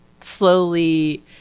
slowly